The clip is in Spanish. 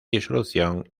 disolución